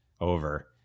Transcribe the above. over